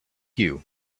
you